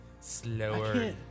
slower